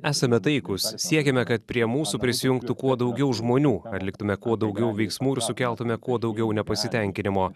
esame taikūs siekiame kad prie mūsų prisijungtų kuo daugiau žmonių atliktume kuo daugiau veiksmų ir sukeltumėme kuo daugiau nepasitenkinimo